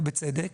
ובצדק,